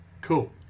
Cool